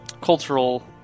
cultural